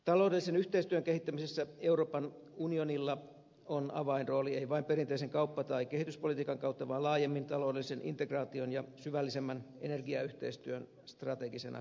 taloudellisen yhteistyön kehittämisessä euroopan unionilla on avainrooli ei vain perinteisen kauppa tai kehityspolitiikan kautta vaan laajemmin taloudellisen integraation ja syvällisemmän energiayhteistyön strategisena kumppanina